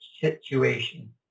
situation